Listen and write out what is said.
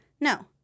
No